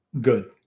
good